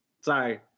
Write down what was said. Sorry